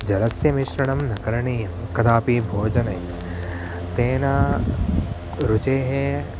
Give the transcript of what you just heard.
जलस्य मिश्रणं न करणीयं कदापि भोजने तेन रुचेः